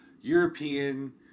European